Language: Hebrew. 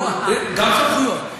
גם סמכויות.